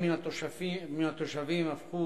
אני מבקש משר הבריאות לבוא